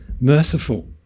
merciful